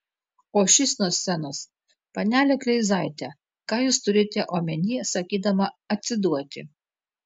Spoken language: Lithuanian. o šis nuo scenos panele kleizaite ką jūs turite omenyje sakydama atsiduoti